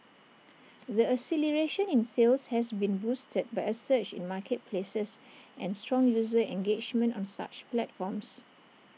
the acceleration in sales has been boosted by A surge in marketplaces and strong user engagement on such platforms